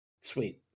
Sweet